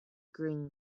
green